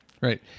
Right